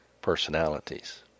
personalities